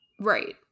Right